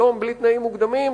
שלום בלי תנאים מוקדמים,